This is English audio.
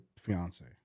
fiance